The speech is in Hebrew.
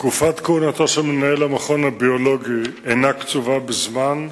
תקופת כהונתו של מנהל המכון הביולוגי אינה קצובה בזמן,